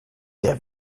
der